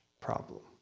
problem